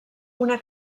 una